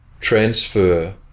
transfer